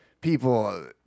people